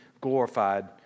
glorified